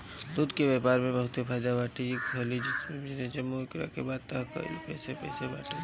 दूध के व्यापार में बहुते फायदा बाटे एक हाली बिजनेस जम गईल ओकरा बाद तअ खाली पइसे पइसे बाटे